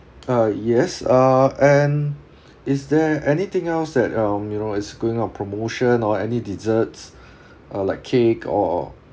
uh yes uh and is there anything else set um you know is going on promotion or any desserts uh like cake or